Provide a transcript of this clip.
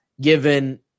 given